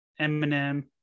Eminem